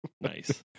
Nice